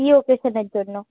কী অকেশানের জন্য